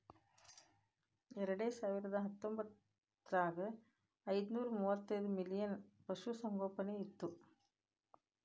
ಎರೆಡಸಾವಿರದಾ ಹತ್ತೊಂಬತ್ತರಾಗ ಐದನೂರಾ ಮೂವತ್ತೈದ ಮಿಲಿಯನ್ ಪಶುಸಂಗೋಪನೆ ಇತ್ತು